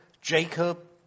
Jacob